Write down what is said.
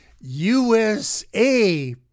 USA